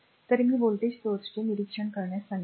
तर मी व्होल्टेज स्त्रोताचे निरीक्षण करण्यास सांगितले